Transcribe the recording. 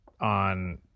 on